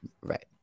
Right